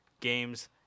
games